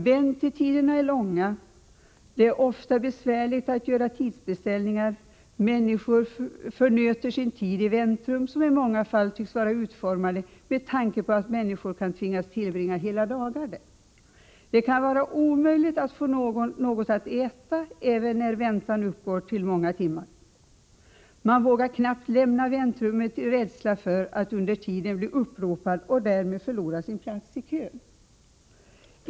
Väntetiderna är långa. Det är ofta besvärligt att göra tidsbeställningar. Människor förnöter sin tid i väntrum, som i många fall tycks vara utformade utan tanke på att människor kan tvingas tillbringa hela dagar där. Det kan vara omöjligt att få något att äta även när väntan uppgår till många timmar. Man vågar knappast lämna väntrummet i rädsla för att under tiden bli uppropad och därmed förlora sin plats i kön.